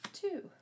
Two